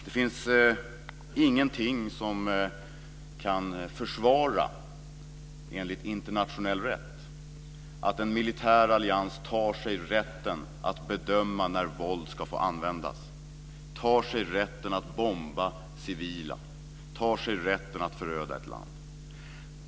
Enligt internationell rätt finns det ingenting som kan försvara att en militär allians tar sig rätten att bedöma när våld ska få användas, tar sig rätten att bomba civila och tar sig rätten att föröda ett land.